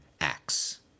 acts